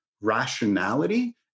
rationality